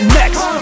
next